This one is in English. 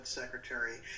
secretary